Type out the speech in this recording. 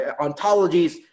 ontologies